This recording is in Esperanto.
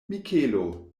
mikelo